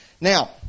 Now